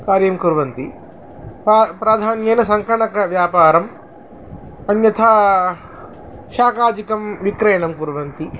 कार्यं कुर्वन्ति पा प्रधान्येन सङ्कणकव्यापारम् अन्यथा शाकादिकं विक्रयणं कुर्वन्ति